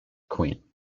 queen